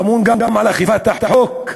ואמון גם על אכיפת החוק,